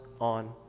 on